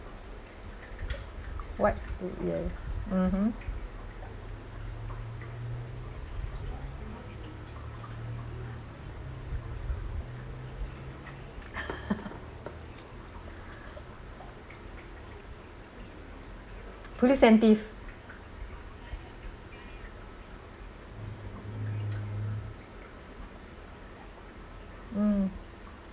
what yes mmhmm police and thief mm